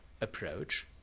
approach